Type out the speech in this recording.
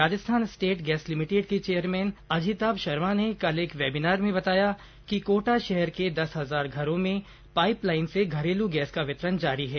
Rajasthan State Gas Limited के chairman Ajitabh Sharma ने कल एक वेबिनार में बताया कि कोटा शहर के दस हजार घरों में पाइप लाइन से घरेलू गैस का वितरण जारी है